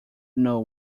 know